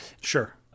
Sure